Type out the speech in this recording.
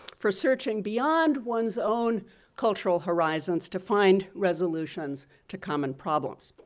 for searching beyond one's own cultural horizons to find resolutions to common problems.